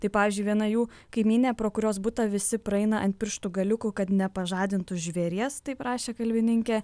tai pavyzdžiui viena jų kaimynė pro kurios butą visi praeina ant pirštų galiukų kad nepažadintų žvėries taip rašė kalbininkė